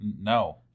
No